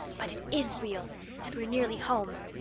but it is real and we're nearly home.